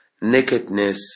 nakedness